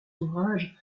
ouvrages